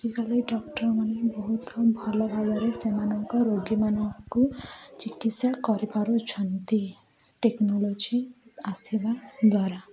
ଆଜିକାଲି ଡକ୍ଟରମାନେ ବହୁତ ଭଲ ଭାବରେ ସେମାନଙ୍କ ରୋଗୀମାନଙ୍କୁ ଚିକିତ୍ସା କରିପାରୁଛନ୍ତି ଟେକ୍ନୋଲୋଜି ଆସିବା ଦ୍ୱାରା